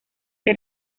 que